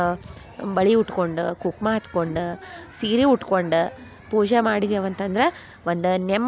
ಬಳೆ ಉಟ್ಕೊಂಡು ಕುಂಕುಮ ಹಚ್ಕೊಂಡ ಸೀರೆ ಉಟ್ಕೊಂಡು ಪೂಜೆ ಮಾಡಿದೆವು ಅಂತಂದ್ರೆ ಒಂದು ನೆಮ್ಮ